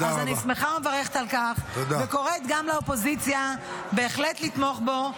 אז אני שמחה ומברכת על כך וקוראת גם לאופוזיציה לתמוך בו,